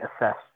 assessed